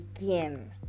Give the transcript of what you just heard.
again